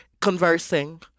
conversing